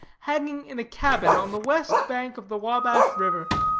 hanging in a cabin on the west bank of the wabash river.